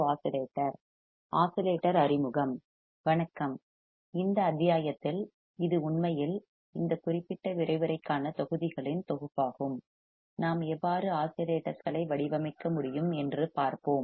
oscillator அறிமுகம் வணக்கம் இந்த அத்தியாயத்தில் இது உண்மையில் இந்த குறிப்பிட்ட விரிவுரைக்கான தொகுதிகளின் தொகுப்பாகும் நாம் எவ்வாறு ஆஸிலேட்டர்ஸ் களை வடிவமைக்க முடியும் என்று பார்ப்போம்